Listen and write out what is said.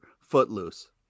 footloose